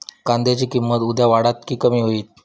कांद्याची किंमत उद्या वाढात की कमी होईत?